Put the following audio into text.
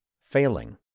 failing